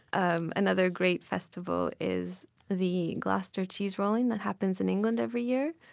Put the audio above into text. um another great festival is the gloucester cheese rolling that happens in england every year.